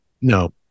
No